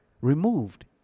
removed